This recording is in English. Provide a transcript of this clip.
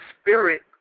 spirit